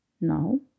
No